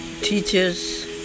teachers